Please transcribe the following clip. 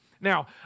Now